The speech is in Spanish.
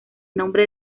nombre